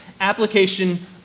application